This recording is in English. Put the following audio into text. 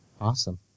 Awesome